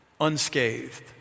unscathed